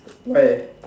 why